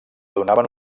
donaven